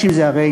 יש עם זה הרי,